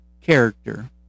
character